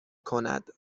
کند